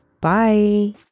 Bye